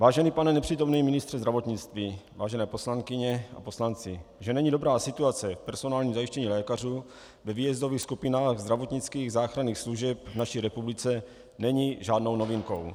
Vážený pane nepřítomný ministře zdravotnictví, vážené poslankyně a poslanci, že není dobrá situace v personálním zajištění lékařů ve výjezdových skupinách zdravotnických záchranných služeb v naší republice, není žádnou novinkou.